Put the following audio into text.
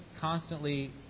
constantly